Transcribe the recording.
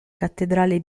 cattedrale